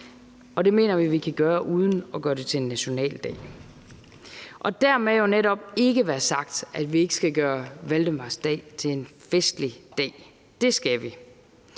og det mener vi kan gøres uden at gøre den til en nationaldag. Dermed netop ikke være sagt, at vi ikke skal gøre valdemarsdag til en festlig dag, for det skal vi